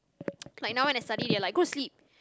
like now when I study they are like go to sleep